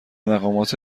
مقامات